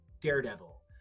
Daredevil